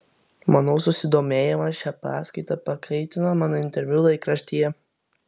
manau susidomėjimą šia paskaita pakaitino mano interviu laikraštyje